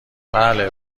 بله